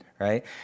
right